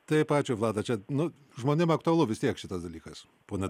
taip ačiū vlada čia nu žmonėm aktualu vis tiek šitas dalykas ponia